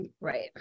Right